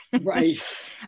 right